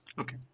Okay